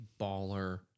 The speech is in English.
baller